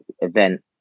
event